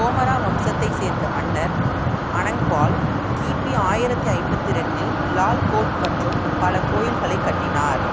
தோமரா வம்சத்தைச் சேர்ந்த மன்னர் அனங் பால் கிபி ஆயிரத்து ஐம்பத்தி ரெண்டில் லால் கோட் மற்றும் பல கோயில்களைக் கட்டினார்